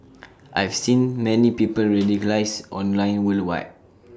I've seen many people radicalised online worldwide